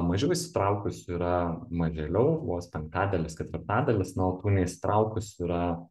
mažiau įsitraukusių yra mažėliau vos penktadalis ketvirtadalis na o tų neįsitraukusių yra